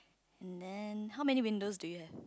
and then how many windows do you have